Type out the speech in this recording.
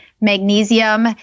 magnesium